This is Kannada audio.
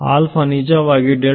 ನೀವು ಸರಿ ನಿಜವಾಗಿ ಇಲ್ಲಿ